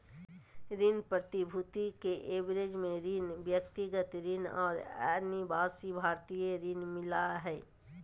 ऋण प्रतिभूति के एवज में ऋण, व्यक्तिगत ऋण और अनिवासी भारतीय ऋण मिला हइ